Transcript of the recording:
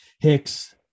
Hicks